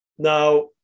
Now